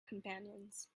companions